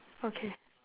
okay